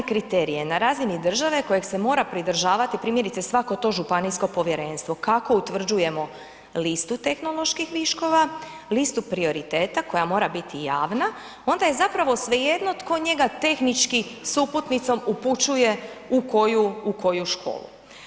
E da mi imamo jasne kriterije na razini države kojeg se mora pridržavati primjerice svako to županijsko povjerenstvo, kako utvrđujemo listu tehnoloških viškova, listu prioriteta koja mora biti javna, onda je zapravo svejedno tko njega tehnički s uputnicom upućuje u koju školu.